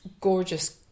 gorgeous